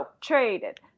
traded